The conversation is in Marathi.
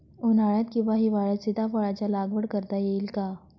उन्हाळ्यात किंवा हिवाळ्यात सीताफळाच्या लागवड करता येईल का?